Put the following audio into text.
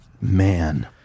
Man